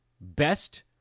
best